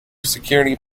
security